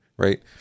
right